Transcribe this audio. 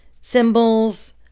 symbols